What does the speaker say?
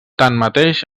tanmateix